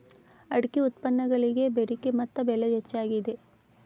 ಅಡಿಕೆ ಉತ್ಪನ್ನಗಳಿಗೆ ಬೆಡಿಕೆ ಮತ್ತ ಬೆಲೆ ಹೆಚ್ಚಾಗಿದೆ